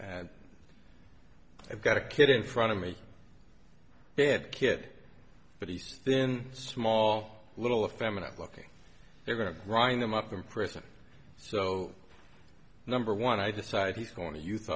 and i've got a kid in front of me dead kid but he's thin small little a feminine looking they're going to run them up in prison so number one i decide he's going to you th